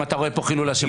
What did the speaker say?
אם אתה רואה פה חילול השם.